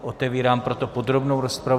Otevírám proto podrobnou rozpravu.